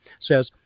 says